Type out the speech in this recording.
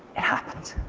happened.